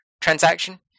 Transaction